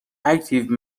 اکتیو